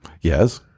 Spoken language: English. Yes